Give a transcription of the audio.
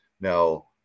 Now